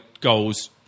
goals